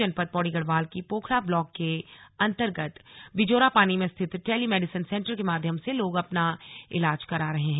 जनपद पौड़ी गढ़वाल की पोखड़ा ब्लाक के अंतर्गत बिजोरापानी में स्थित टेली मेडिसिन सेंटर के माध्यम से लोग अपना ईलाज करा रहे हैं